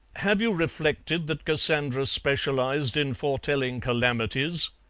have you reflected that cassandra specialized in foretelling calamities?